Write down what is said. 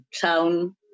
town